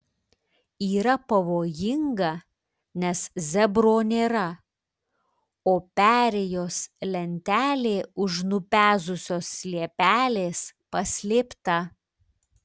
yra pavojinga nes zebro nėra o perėjos lentelė už nupezusios liepelės paslėpta